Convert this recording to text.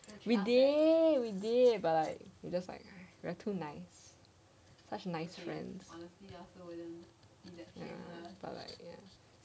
we did we did but like we just like we are too nice such a nice friends